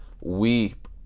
weep